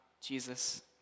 Jesus